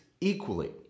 equally